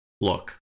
Look